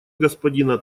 господина